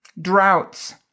droughts